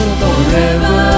forever